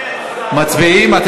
מצביעים, מצביעים.